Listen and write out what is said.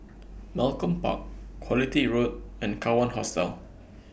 Malcolm Park Quality Road and Kawan Hostel